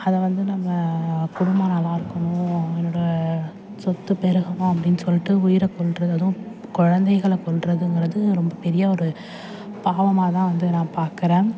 அதை வந்து நம்ம குடும்பம் நல்லாயிருக்கணும் என்னோடய சொத்து பெருகணும் அப்படின்னு சொல்லிட்டு உயிரை கொல்கிறதும் குழந்தைகள கொல்றதுங்கிறது ரொம்ப பெரிய ஒரு பாவமாக தான் வந்து நான் பார்க்குறேன்